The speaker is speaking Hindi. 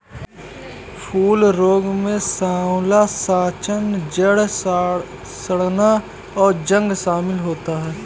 फूल रोग में साँवला साँचा, जड़ सड़ना, और जंग शमिल होता है